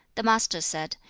the master said,